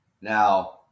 Now